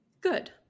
Good